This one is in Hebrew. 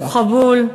הוא חבול,